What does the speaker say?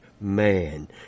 man